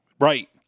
Right